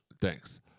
Thanks